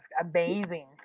amazing